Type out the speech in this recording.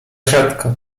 rzadko